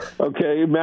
Okay